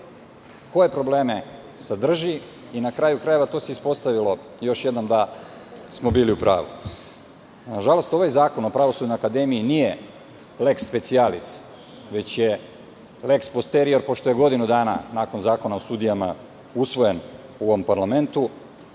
koje probleme sadrži. To se ispostavilo da smo bili u pravu. Nažalost, ovaj zakon o Pravosudnoj akademiji nije leks specialis, već je leks posterior, pošto je godinu dana nakon Zakona o sudijama usvojen u ovom parlamentu.